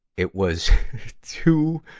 it was two,